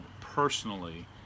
personally